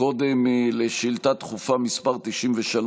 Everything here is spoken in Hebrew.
קודם לשאילתה דחופה מס' 93,